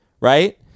right